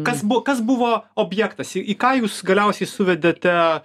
kas buvo kas buvo objektas į ką jūs galiausiai suvedėte